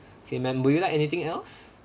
okay ma'am would you like anything else